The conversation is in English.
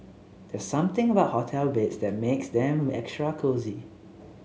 there's something about hotel beds that makes them extra cosy